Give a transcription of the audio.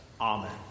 Amen